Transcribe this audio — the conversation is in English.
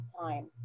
time